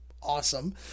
awesome